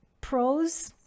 pros